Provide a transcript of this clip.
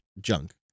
junk